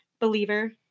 believer